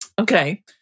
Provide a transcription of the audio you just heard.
Okay